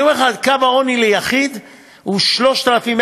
אני אומר לך, קו העוני ליחיד הוא 3,158,